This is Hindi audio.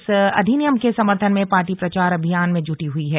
इस अधिनियम के समर्थन में पार्टी प्रचार अभियान में जुटी हुई हैं